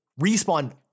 respawn